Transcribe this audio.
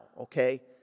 okay